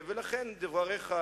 לכן דבריך,